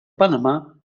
panamà